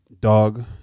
dog